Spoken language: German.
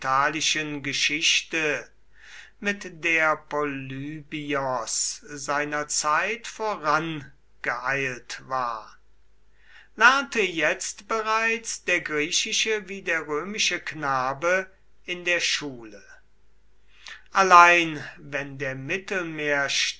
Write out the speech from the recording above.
geschichte mit der polybios seiner zeit vorangeeilt war lernte jetzt bereits der griechische wie der römische knabe in der schule allein wenn der